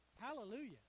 Hallelujah